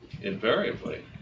invariably